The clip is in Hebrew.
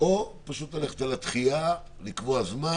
או פשוט ללכת על הדחייה, לקבוע זמן,